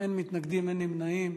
אין מתנגדים ואין נמנעים.